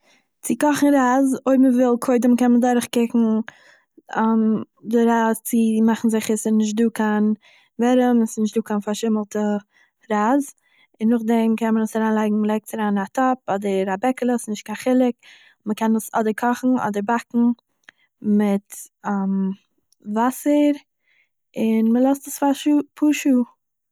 צו קאכן רייז, אויב מען וויל קודם דורכקוקן די רייז צו מאכן זיכער ס'איז נישטא קיין ווערעם און ס'איז נישטא קיין פארשימלטע רייז, און נאכדעם קען מען עס אריינלייגן- מ'לייגט עס אריין אין א טאפ אדער א בעקעלע, ס'נישט קיין חילוק, מ'קען עס אדער קאכן אדער באקן מיט וואסער, און מ'לאזט עס פאר א שעה- פאר שעה